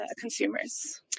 consumers